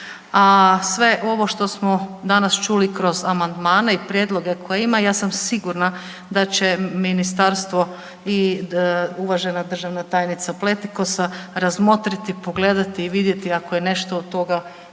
a sve ovo što smo danas čuli kroz amandmane i prijedloge koje ima, ja sam sigurna da će ministarstvo i uvažena državna tajnica Pletikosa razmotriti, pogledati i vidjeti ako je nešto od toga za,